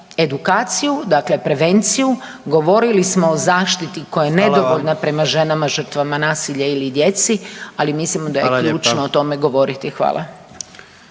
Hvala g.